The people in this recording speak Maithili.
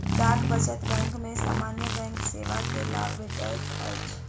डाक बचत बैंक में सामान्य बैंक सेवा के लाभ भेटैत अछि